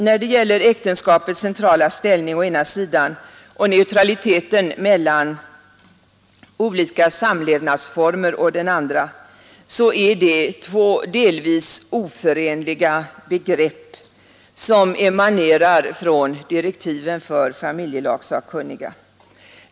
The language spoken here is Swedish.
När det gäller äktenskapets centrala ställning å ena sidan och neutraliteten emellan olika samlevnadsformer å den andra är det två delvis oförenliga begrepp som emanerar från direktiven för familjelagssakkunniga.